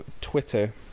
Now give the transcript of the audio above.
Twitter